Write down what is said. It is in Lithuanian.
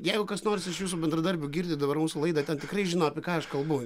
jeigu kas nors iš jūsų bendradarbių girdi dabar mūsų laidą ten tikrai žino apie ką aš kalbu